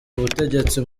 butegetsi